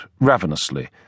ravenously